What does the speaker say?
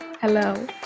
Hello